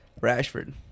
Rashford